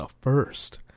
first